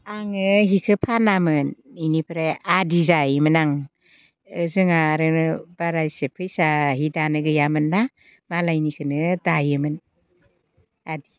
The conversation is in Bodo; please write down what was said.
आङो सिखो फानामोन बेनिफ्राय आदि जायोमोन आं जोंहा आरो बारा एसे फैसा हि दानो गैयामोन ना मालायनिखौनो दायोमोन आदि